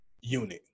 unit